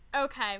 Okay